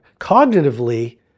Cognitively